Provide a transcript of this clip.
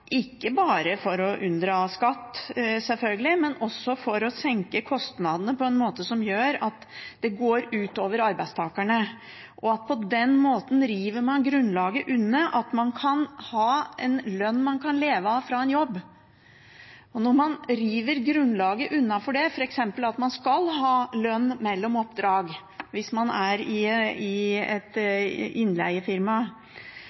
ikke bare for å unndra skatt, sjølsagt, men også for å senke kostnadene på en måte som gjør at det går ut over arbeidstakerne. På den måten river man bort grunnlaget for at man kan ha en lønn man kan leve av, fra en jobb. Når man river grunnlaget bort for det, f.eks. ved at man ikke får lønn mellom oppdrag hvis man er i et innleiefirma,